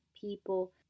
People